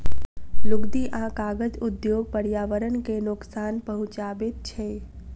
लुगदी आ कागज उद्योग पर्यावरण के नोकसान पहुँचाबैत छै